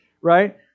right